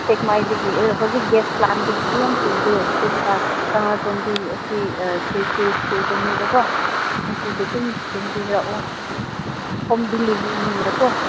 ꯁꯦꯛꯃꯥꯏꯗꯒꯤ ꯍꯧꯖꯤꯛ ꯒ꯭ꯌꯥꯁ ꯄ꯭ꯂꯥꯟꯗꯒꯤꯗꯤ ꯌꯥꯝ ꯀꯨꯏꯗꯦ ꯀꯪꯂꯥꯇꯣꯝꯕꯤ ꯑꯁꯤ ꯁꯤꯜ ꯁ꯭ꯀꯨꯜꯗꯅꯦꯕꯀꯣ ꯑꯗꯨꯗ ꯑꯗꯨꯝ ꯊꯤꯟꯕꯤꯔꯛꯑꯣ ꯍꯣꯝ ꯗꯦꯂꯤꯚꯔꯤꯅꯤꯅꯀꯣ